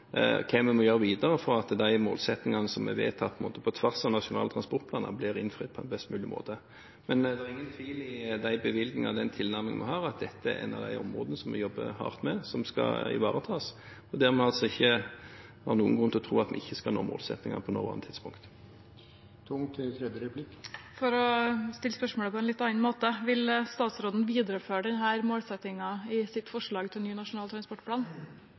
vi må gjøre videre for at de målsettingene som på en måte er vedtatt på tvers av Nasjonal transportplan, blir innfridd på en best mulig måte. Men det er ingen tvil med de bevilgningene og den tilnærmingen vi har, om at dette er et av de områdene vi jobber hardt med, og som skal ivaretas. Vi har ingen grunn til å tro at vi ikke skal nå målsettingene på det nåværende tidspunkt. For å stille spørsmålet på en litt annen måte: Vil statsråden videreføre denne målsettingen i sitt forslag til ny nasjonal transportplan?